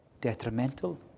detrimental